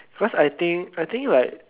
cause I think I think like